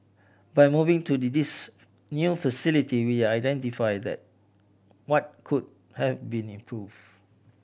by moving to this new facility we identified what could have be improved